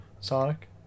Sonic